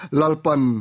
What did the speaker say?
lalpan